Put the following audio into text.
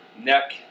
neck